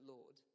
Lord